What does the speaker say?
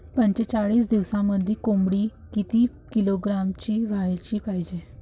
पंचेचाळीस दिवसामंदी कोंबडी किती किलोग्रॅमची व्हायले पाहीजे?